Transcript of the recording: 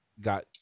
got